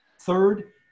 Third